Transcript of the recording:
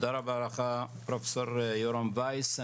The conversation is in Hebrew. תודה רבה לך, פרופ' יורם וייס.